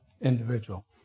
individual